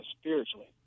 spiritually